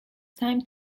time